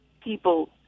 people